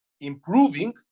improving